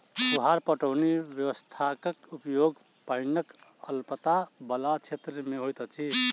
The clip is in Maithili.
फुहार पटौनी व्यवस्थाक उपयोग पाइनक अल्पता बला क्षेत्र मे होइत अछि